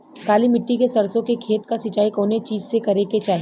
काली मिट्टी के सरसों के खेत क सिंचाई कवने चीज़से करेके चाही?